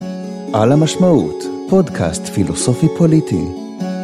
על המשמעות פודקאסט פילוסופי פוליטי